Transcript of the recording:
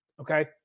Okay